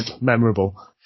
memorable